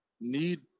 need